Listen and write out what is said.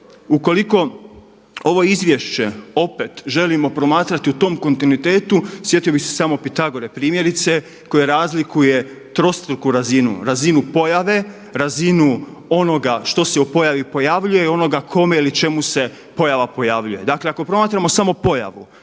Ukoliko ovo izvješće opet želimo promatrati u tom kontinuitetu sjetio bih se samo Pitagore primjerice, koji razlikuje trostruku razinu, razinu pojave, razinu onoga što se u pojavi pojavljuje, onoga kome ili čemu se pojava pojavljuje. Dakle, ako promatramo samo pojavu,